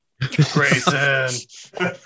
Grayson